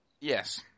Yes